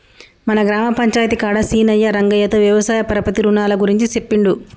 మన గ్రామ పంచాయితీ కాడ సీనయ్యా రంగయ్యతో వ్యవసాయ పరపతి రునాల గురించి సెప్పిండు